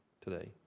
today